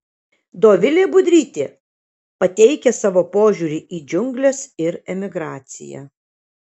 dovilė budrytė pateikia savo požiūrį į džiungles ir emigraciją